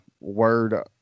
word